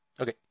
Okay